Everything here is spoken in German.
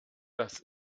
das